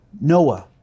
Noah